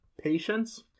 Patience